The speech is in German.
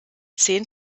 zehn